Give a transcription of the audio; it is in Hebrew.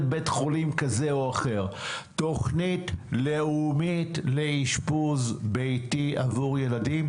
בית חולים כזה או אחר אלא תוכנית לאומית לאשפוז ביתי עבור ילדים.